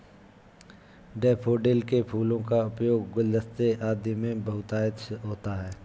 daffodil के फूलों का उपयोग गुलदस्ते आदि में बहुतायत से होता है